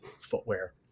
footwear